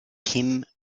kim